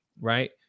right